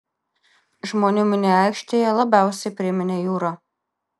žmonių minia aikštėje labiausiai priminė jūrą